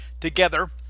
together